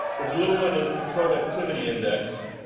the blue one is the productivity index,